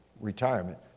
retirement